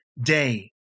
Day